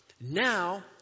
Now